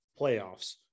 playoffs